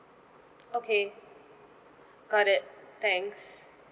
okay got it thanks